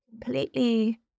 completely